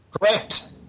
correct